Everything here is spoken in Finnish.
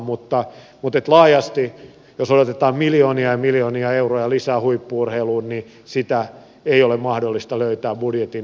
mutta laajasti jos odotetaan miljoonia ja miljoonia euroja lisää huippu urheiluun niin sitä ei ole mahdollista löytää budjetin puitteissa